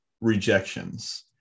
rejections